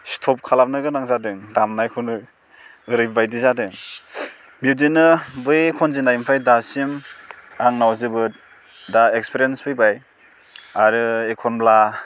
stop खालामनो गोनां जादों दामनायखौनो ओरैबादि जादों बिदिनो बै खनजेन्नायनिफ्राय दासिम आंनाव जोबोद दा इक्सपेरियेनस फैबाय आरो एखनब्ला